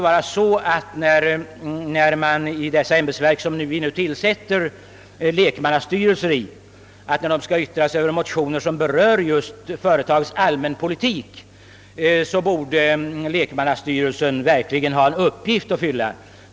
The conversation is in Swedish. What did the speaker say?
Särskilt när de ämbetsverk, i vilkas styrelser riksdagen tillsätter lekmannarepresentanter, skall yttra sig över motioner som berör företagens allmänpolitik, borde väl lekmannarepresentanterna ha en uppgift att fylla.